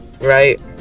Right